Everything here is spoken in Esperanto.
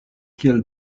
kiel